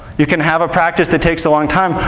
you can have a practice that takes a long time,